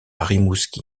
rimouski